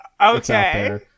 okay